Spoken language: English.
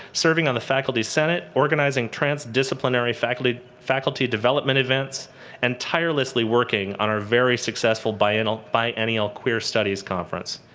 serving on the faculty senate, organizing trans-disciplinary faculty faculty development events and tirelessly working on our very successful biennial biennial queer studies conference.